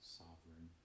sovereign